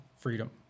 freedom